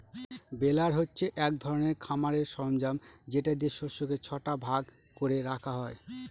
বেলার হচ্ছে এক ধরনের খামারের সরঞ্জাম যেটা দিয়ে শস্যকে ছটা ভাগ করে রাখা হয়